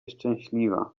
szczęśliwa